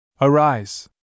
Arise